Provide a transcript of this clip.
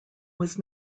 was